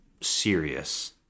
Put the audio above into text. serious